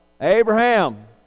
Abraham